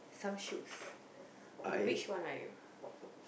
some shoes which one are you